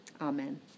Amen